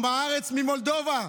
עם הארץ ממולדובה,